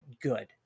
good